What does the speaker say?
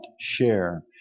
share